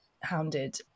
hounded